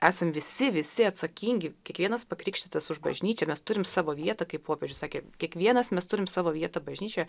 esam visi visi atsakingi kiekvienas pakrikštytas už bažnyčią mes turim savo vietą kaip popiežius sakė kiekvienas mes turim savo vietą bažnyčioje